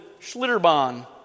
Schlitterbahn